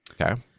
Okay